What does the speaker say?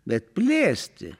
bet plėsti